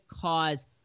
cause